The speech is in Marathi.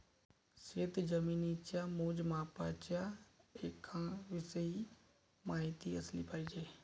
शेतजमिनीच्या मोजमापाच्या एककांविषयी माहिती असली पाहिजे